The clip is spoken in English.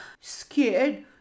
Scared